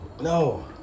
No